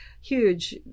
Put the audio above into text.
huge